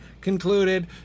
concluded